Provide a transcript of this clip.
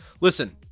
listen